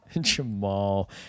Jamal